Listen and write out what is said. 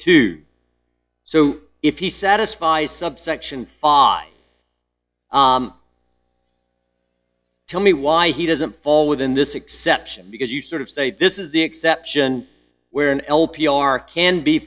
two so if he satisfies subsection five tell me why he doesn't fall within this exception because you sort of say this is the exception where in l p r can be